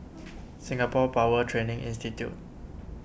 Singapore Power Training Institute